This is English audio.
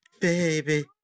Baby